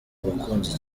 bakunzwe